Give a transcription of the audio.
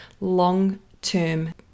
long-term